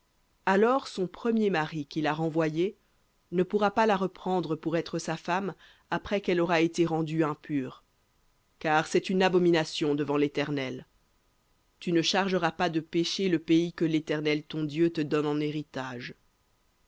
alors son premier mari qui l'a renvoyée ne pourra pas la reprendre pour être sa femme après qu'elle aura été rendue impure car c'est une abomination devant l'éternel tu ne chargeras pas de péché le pays que l'éternel ton dieu te donne en héritage